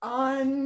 on